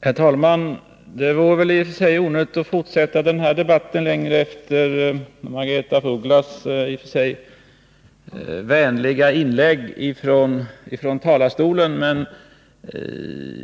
Herr talman! Det vore i och för sig onödigt att fortsätta den här debatten efter Margaretha af Ugglas vänliga inlägg. Men